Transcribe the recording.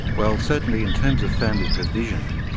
well certainly in terms of family provision,